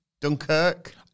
Dunkirk